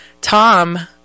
Tom